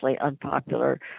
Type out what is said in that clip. unpopular